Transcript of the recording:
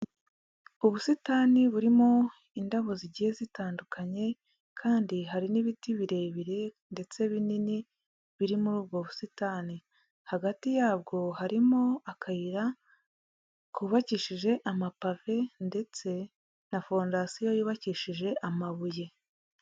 Ubusitani burimo indabo zigiye zitandukanye, kandi hari n'ibiti birebire ndetse binini, biri muri ubwo busitani. Hagati yabwo harimo akayira, kubakishije amapave ndetse na fondasiyo yubakishije amabuye.